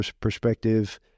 perspective